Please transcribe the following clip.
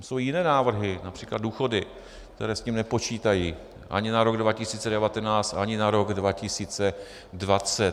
Jsou i jiné návrhy, například důchody, které s tím nepočítají ani na rok 2019, ani na rok 2020.